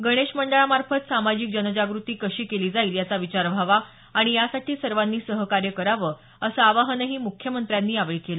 गणेश मंडळांमार्फत सामाजिक जनजागृती कशी केली जाईल याचा विचार व्हावा आणि यासाठी सर्वांनी सहकार्य करावं असं आवाहनही मुख्यमंत्र्यांनी यावेळी केलं